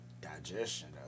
Digestion